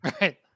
Right